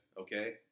okay